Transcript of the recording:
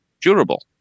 durable